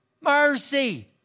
Mercy